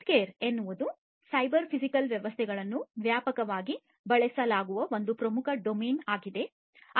healthcare ಎನ್ನುವುದು cyber physical ವ್ಯವಸ್ಥೆಗಳನ್ನು ವ್ಯಾಪಕವಾಗಿ ಬಳಸಲಾಗುವ ಒಂದು ಪ್ರಮುಖ ಡೊಮೇನ್ ಆಗಿದೆ